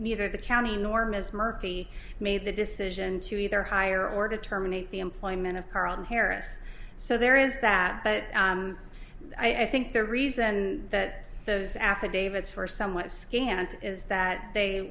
neither the county norma's murphy made the decision to either hire or to terminate the employment of carlton harris so there is that but i think the reason that those affidavits first somewhat scant is that they